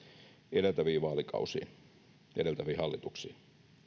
edeltäviin vaalikausiin edeltäviin hallituksiin